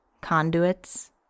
conduits